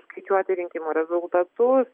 skaičiuoti rinkimų rezultatus